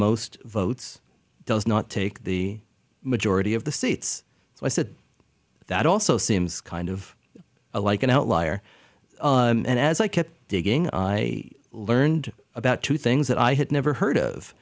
most votes does not take the majority of the seats so i said that also seems kind of like an outlier and as i kept digging i learned about two things that i had never heard of